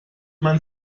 man